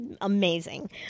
amazing